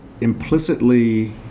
implicitly